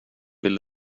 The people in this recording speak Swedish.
vill